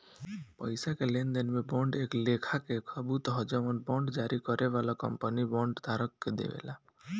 पईसा के लेनदेन में बांड एक लेखा के सबूत ह जवन बांड जारी करे वाला कंपनी बांड धारक के देवेला